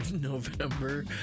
November